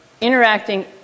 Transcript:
interacting